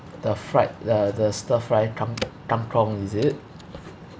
the fried the the stir fry kam~ kangkong is it